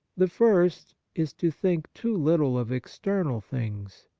the first is to think too little of external things.